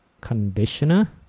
conditioner